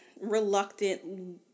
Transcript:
reluctant